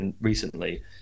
recently